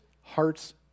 heart's